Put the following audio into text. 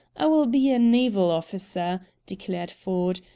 i will be a naval officer, declared ford.